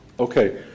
Okay